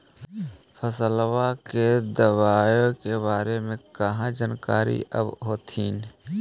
फसलबा के दबायें के बारे मे कहा जानकारीया आब होतीन?